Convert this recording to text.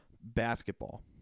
basketball